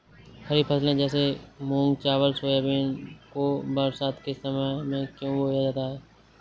खरीफ फसले जैसे मूंग चावल सोयाबीन को बरसात के समय में क्यो बोया जाता है?